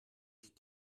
ich